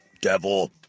devil